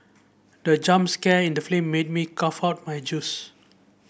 the jump scare in the film made me cough out my juice